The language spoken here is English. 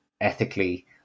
ethically